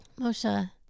Moshe